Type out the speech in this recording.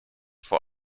vor